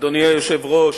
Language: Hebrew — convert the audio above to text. אדוני היושב-ראש,